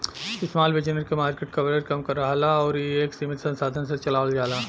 small business क market coverage कम रहला आउर इ एक सीमित संसाधन से चलावल जाला